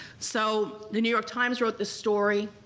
so the new york times wrote this story,